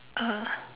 uh